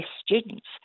students